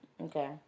Okay